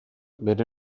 bere